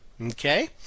Okay